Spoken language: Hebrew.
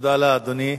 תודה לאדוני.